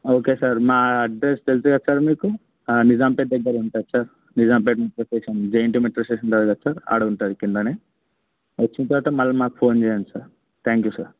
okay sir మా address తెలుసు కదా సార్ మీకు నిజాంపేట దగ్గర ఉంటుంది sir Nizampet metro station JNTU metro station ఉంటుంది కదా సార్ ఆడ ఉంటుంది కింద వచ్చిన తరువాత మరల మాకు ఫోన్ చేయండి సార్ థ్యాంక్ యూ సార్